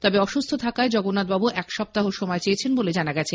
তবে অসুস্হ থাকায় জগন্নাথবাবু এক সপ্তাহ সময় চেয়েছেন বলে জানা গেছে